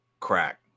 Crack